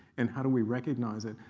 and how do we recognize it?